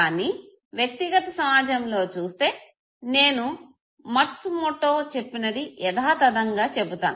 కానీ వ్యక్తిగత సమాజం లో చూస్తే నేను మట్సు మోటో చెప్పినది యధాతధంగా చెబుతాను